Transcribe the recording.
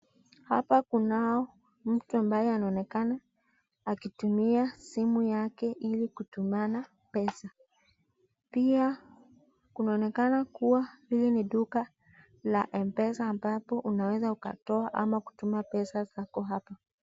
Hapa kunao mtu ambaye anaonekana akitumia simu yake ili kutumana pesa. Pia kunaonekana kuwa hili ni duka la M-pesa ambapo unaweza ukatoa au kutuma pesa zako hapo.